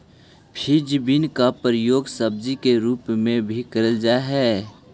French bean का प्रयोग सब्जी के रूप में भी करल जा हई